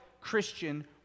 Christian